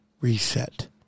reset